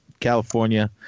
california